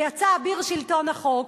ויצא אביר שלטון החוק.